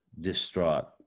distraught